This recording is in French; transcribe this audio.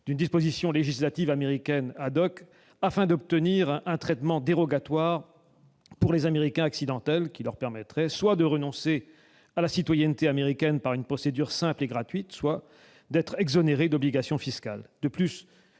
d'une disposition législative américaine afin d'obtenir un traitement dérogatoire pour les « Américains accidentels », disposition qui leur permettrait, soit de renoncer à la citoyenneté américaine par une procédure simple et gratuite, soit d'être exonérés d'obligations fiscales.